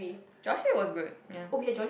Joyce say was good ya